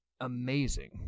Amazing